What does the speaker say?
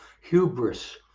hubris